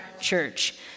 church